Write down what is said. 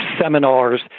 seminars